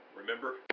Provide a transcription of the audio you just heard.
Remember